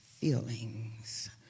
feelings